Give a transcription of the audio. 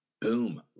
boom